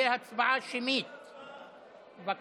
עם משקפיים מזהים יותר טוב אבל לא מרחוק,